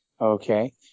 Okay